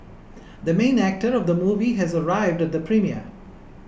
the main actor of the movie has arrived at the premiere